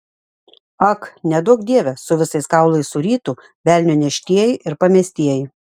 ak neduok dieve su visais kaulais surytų velnio neštieji ir pamestieji